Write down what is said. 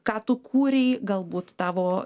ką tu kūrei galbūt tavo